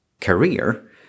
career